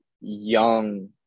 young